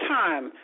time